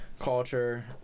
culture